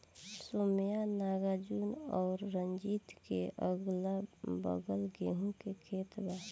सौम्या नागार्जुन और रंजीत के अगलाबगल गेंहू के खेत बा